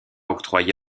octroyé